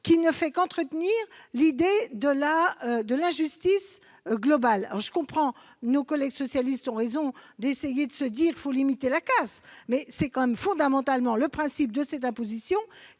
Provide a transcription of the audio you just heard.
qui ne fait qu'entretenir l'idée de l'injustice globale. Nos collègues socialistes ont raison d'essayer de limiter la casse, mais c'est quand même fondamentalement le principe de cette imposition